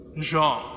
Jean